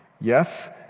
Yes